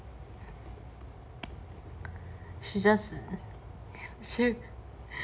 she just she